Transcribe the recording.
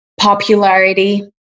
popularity